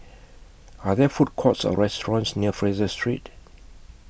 Are There Food Courts Or restaurants near Fraser Street